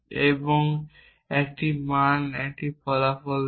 এবং একটি মান বা একটি ফলাফল দেয়